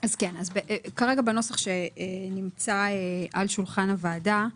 בנוסח שנמצא על שולחן הוועדה,